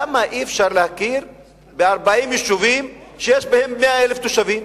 למה אי-אפשר להכיר ב-40 יישובים שיש בהם 100,000 תושבים?